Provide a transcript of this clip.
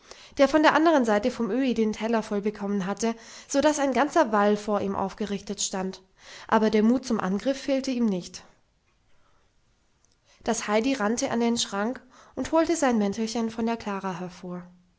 der von der anderen seite vom öhi den teller voll bekommen hatte so daß ein ganzer wall vor ihm aufgerichtet stand aber der mut zum angriff fehlte ihm nicht das heidi rannte an den schrank und holte sein mäntelchen von der klara hervor